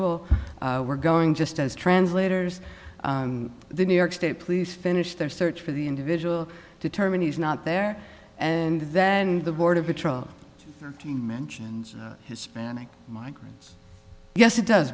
l we're going just as translators the new york state police finish their search for the individual determine he's not there and then the border patrol he mentions hispanic migrants yes it does